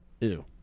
Ew